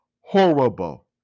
Horrible